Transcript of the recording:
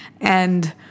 And-